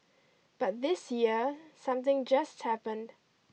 but this year something just happened